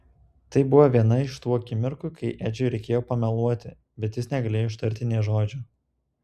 tai buvo viena iš tų akimirkų kai edžiui reikėjo pameluoti bet jis negalėjo ištarti nė žodžio